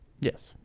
Yes